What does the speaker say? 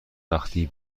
وقتی